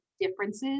differences